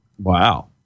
Wow